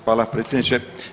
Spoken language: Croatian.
Hvala predsjedniče.